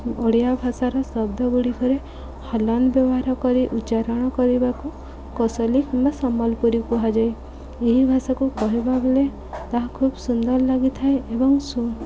ଓଡ଼ିଆ ଭାଷାର ଶବ୍ଦଗୁଡ଼ିକରେ ହଲନ୍ଥ ବ୍ୟବହାର କରି ଉଚ୍ଚାରଣ କରିବାକୁ କୋଶଲି କିମ୍ବା ସମ୍ବଲପୁରୀ କୁହାଯାଏ ଏହି ଭାଷାକୁ କହିବା ବେଳେ ତାହା ଖୁବ୍ ସୁନ୍ଦର ଲାଗିଥାଏ ଏବଂ